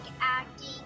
acting